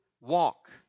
Walk